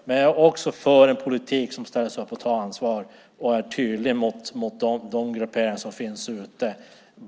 Men jag är också för en politik som ställer sig upp och tar ansvar och är tydlig mot de grupperingar som finns ute.